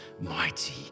mighty